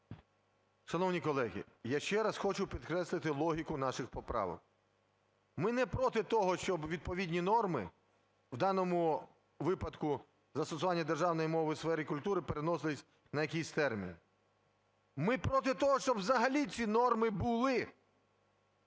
Шановні колеги, я ще раз хочу підкреслити логіку наших поправок. Ми не проти того, щоб відповідні норми в даному випадку застосування державної мови у сфері культури переносились на якійсь термін. Ми проти того, щоб взагалі ці норми були.